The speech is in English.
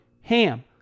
HAM